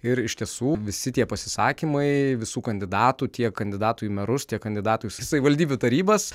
ir iš tiesų visi tie pasisakymai visų kandidatų tiek kandidatų į merus tiek kandidatų į savivaldybių tarybas